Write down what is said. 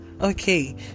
Okay